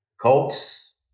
Colts